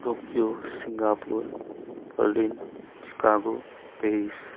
Tokyo Singapore Berlin Chicago Paris